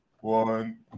one